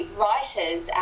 writers